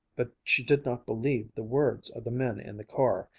but she did not believe the words of the men in the car,